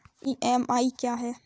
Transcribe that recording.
EMI क्या है?